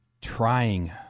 trying